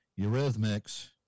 Eurythmics